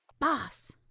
Boss